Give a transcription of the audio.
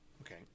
Okay